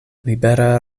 libera